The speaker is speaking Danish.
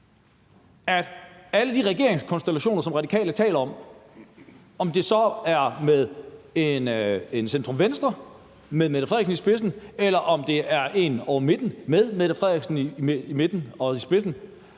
af de regeringskonstellationer, som Radikale taler om – om det så er en centrum-venstre med Mette Frederiksen i spidsen, eller om det er ind over midten med Mette Frederiksen i spidsen